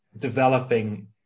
developing